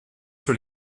sur